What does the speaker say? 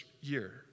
year